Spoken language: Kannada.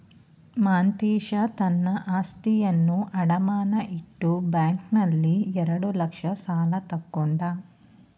ಮಾಂತೇಶ ತನ್ನ ಆಸ್ತಿಯನ್ನು ಅಡಮಾನ ಇಟ್ಟು ಬ್ಯಾಂಕ್ನಲ್ಲಿ ಎರಡು ಲಕ್ಷ ಸಾಲ ತಕ್ಕೊಂಡ